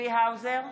צבי האוזר,